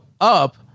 up